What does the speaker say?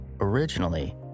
Originally